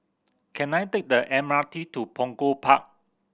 can I take the M R T to Punggol Park